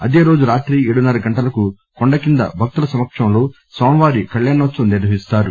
అదే రోజు రాత్రి ఏడున్న ర గంటలకు కొండ కింద భక్తుల సమక్షంలో స్వామివారి కల్యాణోత్సవం నిర్వహిస్తారు